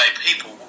people